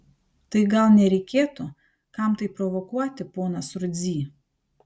tai gal nereikėtų kam tai provokuoti ponas rudzy